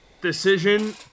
decision